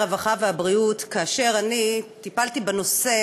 הרווחה והבריאות כאשר אני טיפלתי בנושא